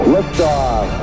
Liftoff